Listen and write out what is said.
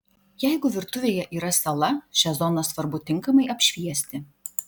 jeigu virtuvėje yra sala šią zoną svarbu tinkamai apšviesti